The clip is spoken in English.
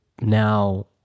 now